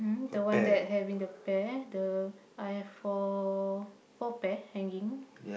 mm the one that having the pear the I have four four pear hanging